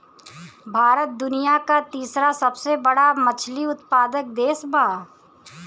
भारत दुनिया का तीसरा सबसे बड़ा मछली उत्पादक देश बा